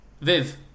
Viv